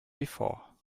before